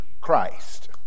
Christ